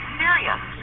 serious